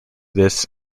this